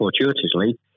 fortuitously